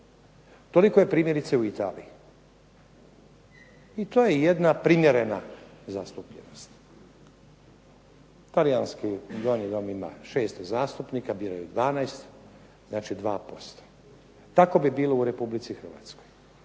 Toliko je primjerice u Italiji i to je jedna primjerena zastupljenost. Talijanski Donji dom ima 6 zastupnika, biraju 12, znači 2%. Tako bi bilo u Republici Hrvatskoj.